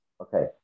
Okay